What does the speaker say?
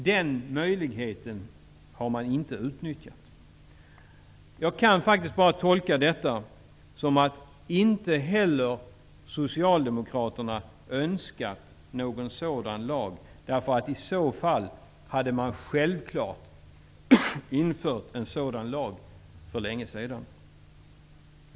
Den möjligheten har man inte utnyttjat. Jag kan bara tolka detta så, att inte heller Socialdemokraterna önskat någon sådan lag. I så fall hade man självklart infört en sådan lag för länge sedan.